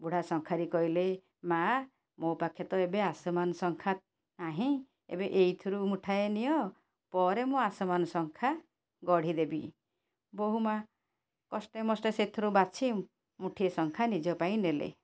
ବୁଢ଼ା ଶଙ୍ଖାରି କହିଲେ ମାଆ ମୋ ପାଖେ ତ ଏବେ ଆସମାନ୍ ଶଙ୍ଖା ନାହିଁ ଏବେ ଏଇଥିରୁ ମୁଠାଏ ନିଅ ପରେ ମୁଁ ଆସମାନ୍ ଶଙ୍ଖା ଗଢ଼ିଦେବି ବୋହୂମା କଷ୍ଟେ ମଷ୍ଟେ ସେଇଥିରୁ ବାଛି ମୁଠିଏ ଶଙ୍ଖା ନିଜପାଇଁ ନେଲେ